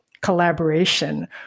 collaboration